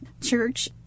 Church